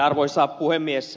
arvoisa puhemies